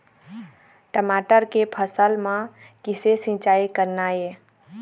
टमाटर के फसल म किसे सिचाई करना ये?